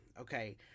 okay